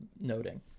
noting